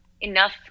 enough